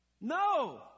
No